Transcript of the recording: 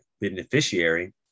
beneficiary